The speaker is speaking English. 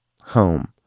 home